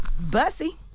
Bussy